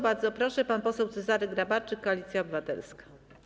Bardzo proszę, pan poseł Cezary Grabarczyk, Koalicja Obywatelska.